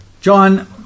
John